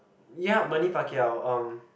ya Manny-Pacquiao um